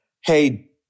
hey